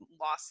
lost